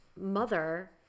mother